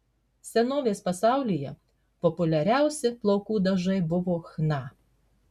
senovės pasaulyje populiariausi plaukų dažai buvo chna